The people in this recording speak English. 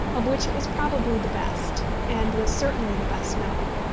of which it was probably the best, and was certainly the best known.